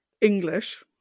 English